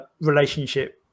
relationship